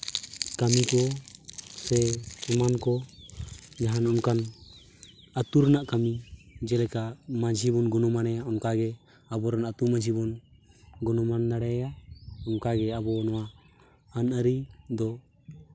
ᱠᱟᱹᱢᱤᱜᱮ ᱥᱮ ᱮᱢᱟᱱ ᱠᱚ ᱡᱟᱦᱟᱱ ᱚᱱᱠᱟᱱ ᱟᱹᱛᱩ ᱨᱮᱱᱟᱜ ᱠᱟᱹᱢᱤ ᱡᱮᱞᱮᱠᱟ ᱢᱟᱺᱡᱷᱤ ᱵᱚᱱ ᱜᱩᱱᱢᱟᱱᱟᱣᱮᱭᱟ ᱚᱱᱠᱟᱜᱮ ᱟᱵᱚᱨᱮᱱ ᱟᱹᱛᱩ ᱢᱟᱺᱡᱷᱤ ᱵᱚᱱ ᱜᱩᱱᱚᱢᱟᱱ ᱫᱟᱲᱮᱭᱟᱭᱟ ᱚᱱᱠᱟᱜᱮ ᱟᱵᱚ ᱱᱚᱣᱟ ᱟᱹᱱ ᱟᱹᱨᱤ ᱫᱚ